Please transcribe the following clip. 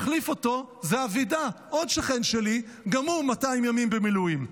זה אבידע, עוד שכן שלי, גם הוא 200 ימים במילואים.